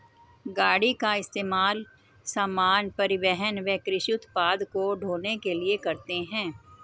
गाड़ी का इस्तेमाल सामान, परिवहन व कृषि उत्पाद को ढ़ोने के लिए करते है